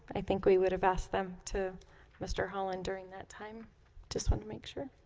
i think we would have asked them to mr. holland during that time just want to make sure